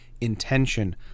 intention